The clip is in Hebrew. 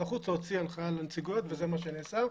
החוץ להוציא הנחיה לנציגויות וזה מה שנעשה.